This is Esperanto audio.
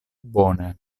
bone